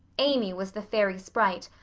amy was the fairy sprite,